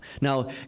Now